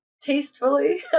tastefully